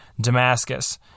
Damascus